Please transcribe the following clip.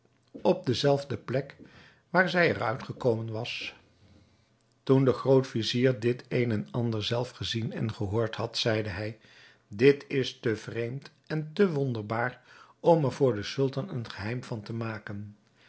op de zelfde plek waar zij er uit gekomen was toen de groot-vizier dit een en ander zelf gezien en gehoord had zeide hij dit is te vreemd en te wonderbaar om er voor den sultan een geheim van te maken